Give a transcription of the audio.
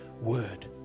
word